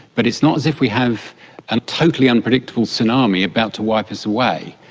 but it's not as if we have a totally unpredictable tsunami about to wipe us away.